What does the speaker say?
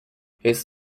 his